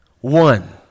one